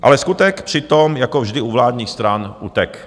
Ale skutek přitom jako vždy u vládních stran utek.